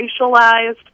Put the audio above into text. racialized